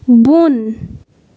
بۄن